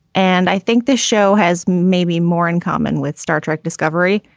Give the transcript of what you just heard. and i think this show has maybe more in common with star trek discovery,